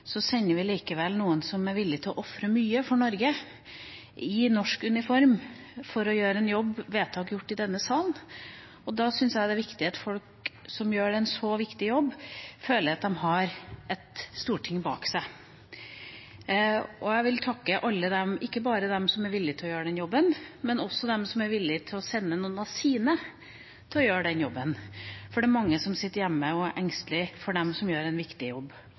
så viktig jobb, føler at de har et storting bak seg. Jeg vil takke ikke bare dem som er villig til å gjøre den jobben, men også dem som er villig til å sende noen av sine for å gjøre den jobben, for det er mange som sitter hjemme og er engstelige for dem som gjør en viktig jobb